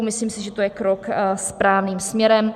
Myslím si, že to je krok správným směrem.